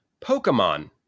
Pokemon